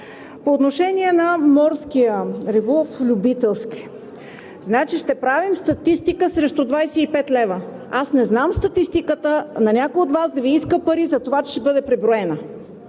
По отношение на морския любителски риболов – значи, ще правим статистика срещу 25 лв. Аз не знам статистиката на някой от Вас да иска пари за това, че ще бъде преброен